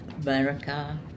America